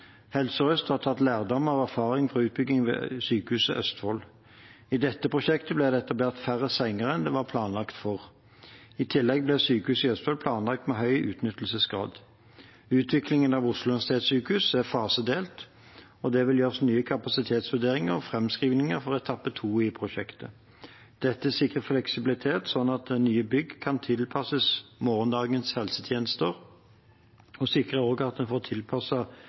Helse Sør-Øst har tatt lærdom av erfaring fra utbygging av Sykehuset Østfold. I det prosjektet ble det etablert færre senger enn det var planlagt for. I tillegg ble Sykehuset Østfold planlagt med høy utnyttelsesgrad. Utviklingen av Oslo universitetssykehus er fasedelt, og det vil gjøres nye kapasitetsvurderinger og framskrivinger for etappe 2 i prosjektet. Det sikrer fleksibilitet, slik at nye bygg kan tilpasses morgensdagens helsetjenester, og det sikrer også at man får